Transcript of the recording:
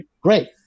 great